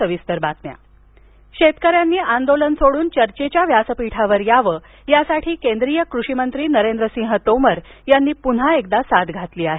क़षी तोमर शेतक यांनी आंदोलन सोडून चर्चेच्या व्यासपीठावर यावं यासाठी केंद्रीय कृषीमंत्री नरेंद्र सिंह तोमर यांनी पुन्हा एकदा साद घातली आहे